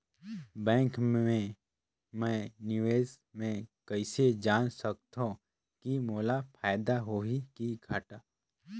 Bank मे मैं निवेश मे कइसे जान सकथव कि मोला फायदा होही कि घाटा?